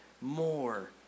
more